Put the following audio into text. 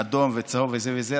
אדום וצהוב וזה וזה,